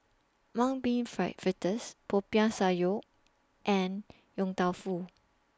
Mung Bean Fritters Popiah Sayur and Yong Tau Foo